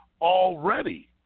already